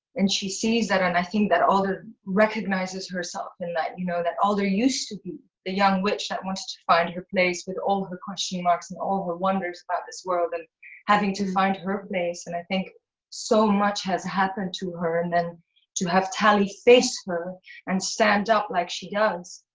and she sees that. and i think that alder recognizes herself in that. you know that alder used to be the young witch that wants to find her place. with all her question marks. and all the wonders about this world. and having to find her place. and i think so much has happened to her. and then to have tally face her and stand up like she does.